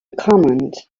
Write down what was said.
command